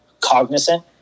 cognizant